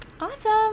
awesome